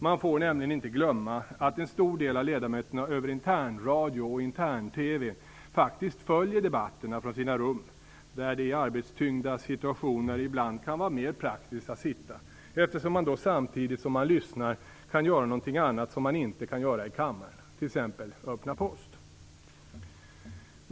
Man får nämligen inte glömma att en stor del av ledamöterna över internradio och intern TV faktiskt följer debatterna från sina rum, där det i arbetstyngda situationer ibland kan vara mer praktiskt att sitta, eftersom man då samtidigt som man lyssnar kan göra någonting annat som man inte kan göra i kammaren, t.ex. öppna post.